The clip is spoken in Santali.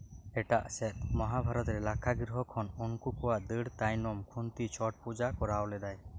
ᱮᱴᱟᱜ ᱥᱮᱫ ᱢᱚᱦᱟᱵᱷᱟᱨᱚᱛ ᱨᱮ ᱞᱟᱠᱠᱷᱟᱜᱨᱤᱦᱚ ᱠᱷᱚᱱ ᱚᱱᱠᱳᱭᱟᱜ ᱫᱟᱹᱲ ᱛᱟᱭᱚᱢ ᱠᱩᱱᱛᱤ ᱪᱷᱚᱴ ᱯᱩᱡᱟ ᱠᱚᱨᱟᱣ ᱞᱮᱫᱟᱭ